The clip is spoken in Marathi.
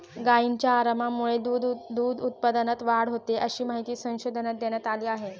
गायींच्या आरामामुळे दूध उत्पादनात वाढ होते, अशी माहिती संशोधनात देण्यात आली आहे